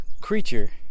Creature